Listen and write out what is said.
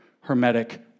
hermetic